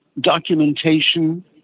documentation